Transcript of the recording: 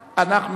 אחוז.